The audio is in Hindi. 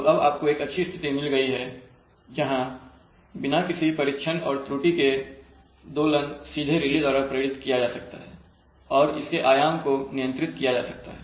तो अब आपको एक अच्छी स्थिति मिल गई है जहां बिना किसी परीक्षण और त्रुटि के दोलन सीधे रिले द्वारा प्रेरित किया जा सकता है और इसके आयाम को नियंत्रित किया जा सकता है